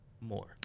more